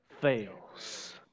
fails